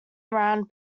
around